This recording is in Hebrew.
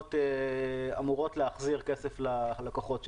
החברות אמורות להחזיר כסף ללקוחות שלהן.